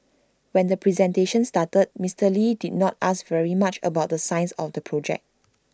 when the presentation started Mister lee did not ask very much about the science or the projects